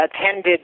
attended